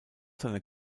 seiner